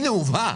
הנה הובאה.